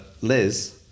Liz